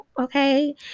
okay